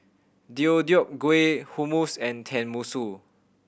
Deodeok Gui Hummus and Tenmusu